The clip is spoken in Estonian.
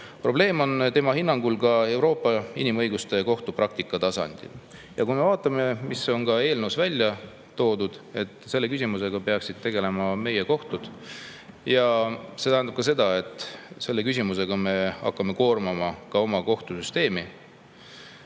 Probleem on tema hinnangul ka Euroopa Inimõiguste Kohtu praktika tasandil. Ka eelnõus on välja toodud, et selle küsimusega peaksid tegelema meie kohtud, see tähendab aga seda, et selle küsimusega me hakkame koormama oma kohtusüsteemi.